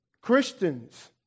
Christians